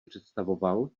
představoval